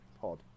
pod